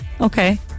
okay